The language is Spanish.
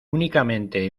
únicamente